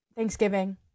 Thanksgiving